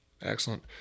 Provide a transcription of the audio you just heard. Excellent